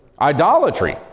Idolatry